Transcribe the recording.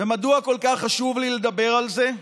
ומדוע כל כך חשוב לי לדבר על זה?